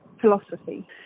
philosophy